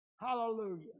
Hallelujah